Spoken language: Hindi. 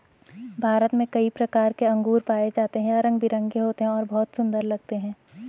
भारत में कई प्रकार के अंगूर पाए जाते हैं यह रंग बिरंगे होते हैं और बहुत सुंदर लगते हैं